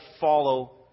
follow